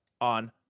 on